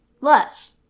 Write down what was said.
Less